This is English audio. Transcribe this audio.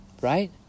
right